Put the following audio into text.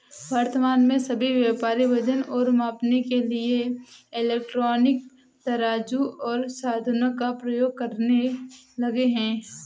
वर्तमान में सभी व्यापारी वजन और माप के लिए इलेक्ट्रॉनिक तराजू ओर साधनों का प्रयोग करने लगे हैं